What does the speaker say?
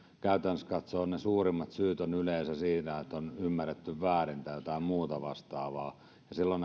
käytännöllisesti katsoen ne suurimmat syyt ovat yleensä siinä että on ymmärretty väärin tai jotain muuta vastaavaa ja silloin